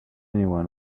anyone